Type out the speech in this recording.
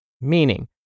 Meaning